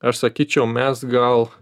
aš sakyčiau mes gal